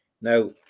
Now